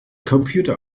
computer